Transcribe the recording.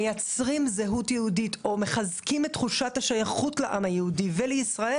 מייצרים זהות יהודית או מחזקים את תחושת השייכות לעם היהודי ולישראל.